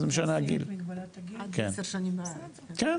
הוא